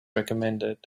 recommended